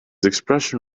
expression